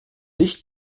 dicht